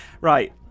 Right